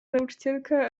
nauczycielka